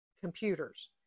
computers